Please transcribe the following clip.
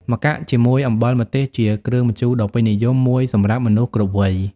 ម្កាក់ជាមួយអំបិលម្ទេសជាគ្រឿងម្ជូរដ៏ពេញនិយមមួយសម្រាប់មនុស្សគ្រប់វ័យ។